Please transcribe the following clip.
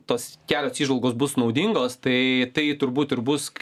tos kelios įžvalgos bus naudingos tai turbūt ir bus